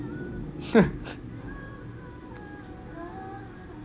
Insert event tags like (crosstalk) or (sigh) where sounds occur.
(laughs)